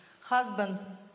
husband